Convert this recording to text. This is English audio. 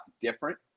different